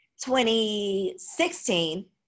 2016